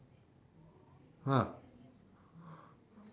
ah